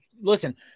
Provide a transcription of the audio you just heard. Listen